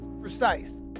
precise